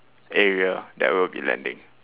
area that we'll be landing